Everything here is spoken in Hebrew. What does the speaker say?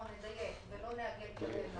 נדייק, לא לעגל כלפי מעלה.